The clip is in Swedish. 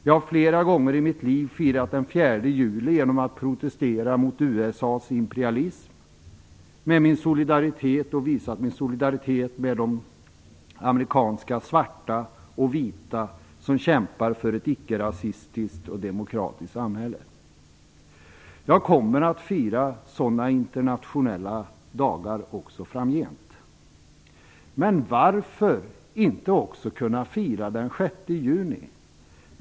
Jag har flera gånger i mitt liv firat den 4 juli genom att protestera mot USA:s imperialism och visat min solidaritet med de amerikanska svarta och vita som kämpar för ett icke-rasistiskt demokratiskt samhälle. Jag kommer att fira sådana internationella dagar också framgent. Men varför inte också kunna fira den 6 juni?